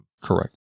Correct